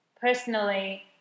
personally